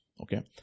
Okay